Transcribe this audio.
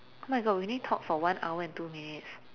oh my god we only talked for one hour and two minutes